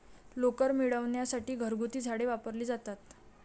लोकर मिळविण्यासाठी घरगुती झाडे वापरली जातात